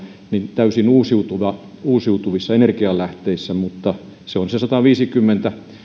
täysin uusiutuvissa energianlähteissä mutta se on se sataviisikymmentä